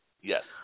Yes